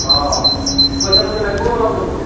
অঁ পইচা পাতি লাগব অলপ লগত